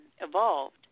evolved